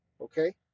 Okay